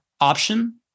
option